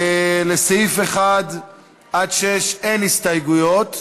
לסעיפים 1 6 אין הסתייגויות.